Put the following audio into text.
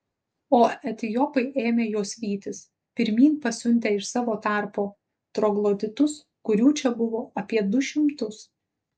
o etiopai ėmė juos vytis pirmyn pasiuntę iš savo tarpo trogloditus kurių čia buvo apie du šimtus